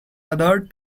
other